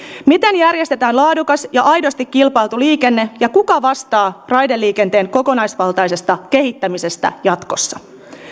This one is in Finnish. miten järjestetään laadukas ja aidosti kilpailtu liikenne ja kuka vastaa raideliikenteen kokonaisvaltaisesta kehittämisestä jatkossa